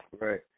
right